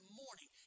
morning